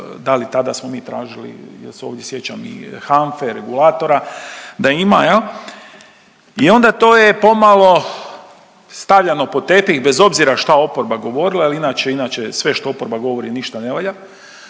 da li tada smo mi tražili, ja se ovdje sjećam i HANFA-e, regulatora, da ima, je li i onda to je pomalo stavljano pod tepih, bez obzira šta oporba govorila jer inače, inače sve što oporba govori, ništa ne valja,